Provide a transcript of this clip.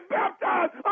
baptized